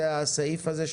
זה הסעיף הזה,